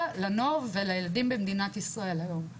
לנוער ולילדים במדינת ישראל היום.